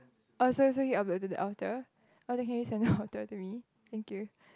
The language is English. oh so so you upload to the outer oh then can you send outer to me thank you